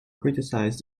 criticized